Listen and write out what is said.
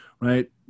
right